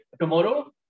tomorrow